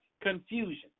Confusion